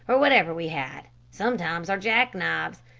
or whatever we had, sometimes our jack-knives,